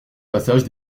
passage